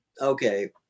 okay